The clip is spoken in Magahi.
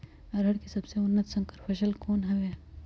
अरहर के सबसे उन्नत संकर फसल कौन हव?